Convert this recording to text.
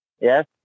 Yes